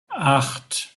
acht